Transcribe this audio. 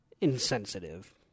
insensitive